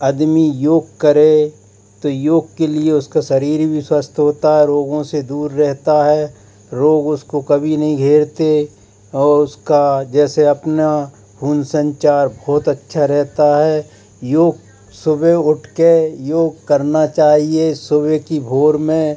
आदमी योग करे तो योग के लिए उसका शरीर भी स्वस्थ होता है रोगों से दूर रहता है रोग उसको कभी नहीं घेरते और उसका जैसे अपना खून संचार बहुत अच्छा रहता है योग सुबह उठ के योग करना चाहिए सुबह की भोर में